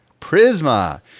Prisma